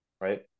right